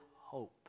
hope